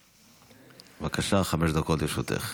בבקשה, חמש דקות לרשותך.